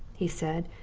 he said,